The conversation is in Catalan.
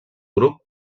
grup